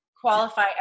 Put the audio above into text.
qualify